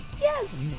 Yes